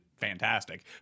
fantastic